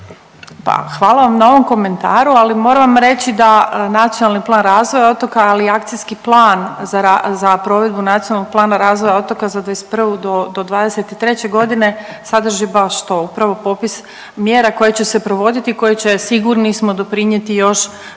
Pa hvala vam na ovom komentaru, ali moram vam reći da Nacionalni plan razvoja otoka, ali i Akcijski plan za provedbu Nacionalnog plana razvoja otoka za '21.-'23.g. sadrži baš to upravo popis mjera koje će se provoditi i koje će sigurni smo doprinijeti još